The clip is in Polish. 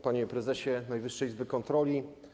Panie Prezesie Najwyższej Izby Kontroli!